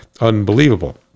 unbelievable